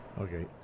okay